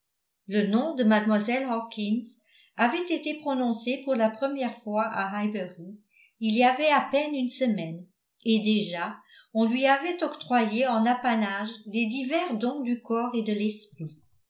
le nom de mlle hawkins avait été prononcé pour la première fois à highbury il y avait à peine une semaine et déjà on lui avait octroyé en apanage les divers dons du corps et de l'esprit